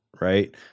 right